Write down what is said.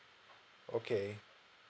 okay